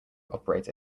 operate